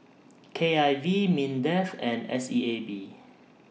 K I V Mindef and S E A B